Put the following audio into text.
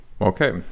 Okay